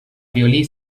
violí